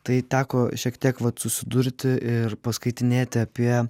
tai teko šiek tiek vat susidurti ir paskaitinėti apie